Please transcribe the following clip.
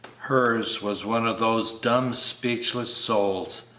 hers was one of those dumb speechless souls,